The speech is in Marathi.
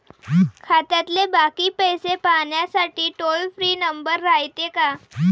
खात्यातले बाकी पैसे पाहासाठी टोल फ्री नंबर रायते का?